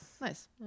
Nice